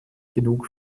genug